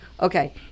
Okay